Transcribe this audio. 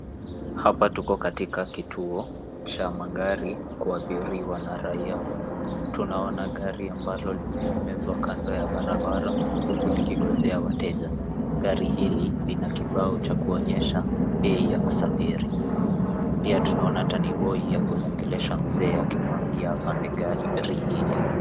Hapa tuko katika kituo cha magari cha kuabiriwa na raia. Tunaona gari hili limeegemezwa kando ya barabara huku likingojea wateja. Gari hili lina kibao cha kuonyesha bei ya kusafiri. Pia tumuona taniboi akimuongelesha mzee akimwambia apande gari hili.